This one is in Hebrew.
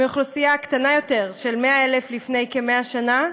מאוכלוסייה קטנה יותר, של 100,000 לפני כ-100 שנה,